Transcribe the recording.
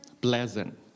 pleasant